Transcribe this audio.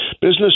business